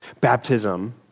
Baptism